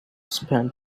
spend